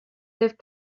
lift